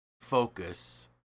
Focus